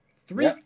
Three